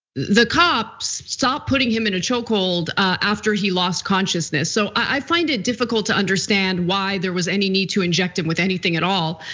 the cops stopped putting him in a chokehold after he lost consciousness. so i find it difficult to understand why there was any need to inject him with anything at all.